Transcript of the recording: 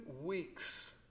weeks